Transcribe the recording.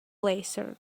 laser